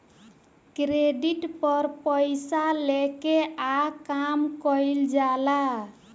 credit पर पइसा लेके आ काम कइल जाला